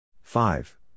five